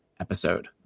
episode